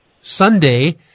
sunday